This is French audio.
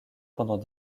pendant